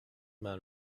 man